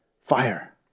fire